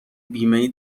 بیمهای